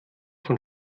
von